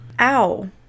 Ow